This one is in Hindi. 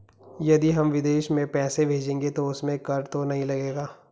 यदि हम विदेश में पैसे भेजेंगे तो उसमें कर तो नहीं लगेगा?